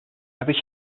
every